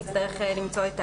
נצטרך למצוא את ההליך.